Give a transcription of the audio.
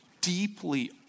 deeply